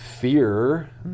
Fear